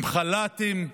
עם חל"תים.